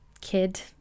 kid